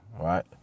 right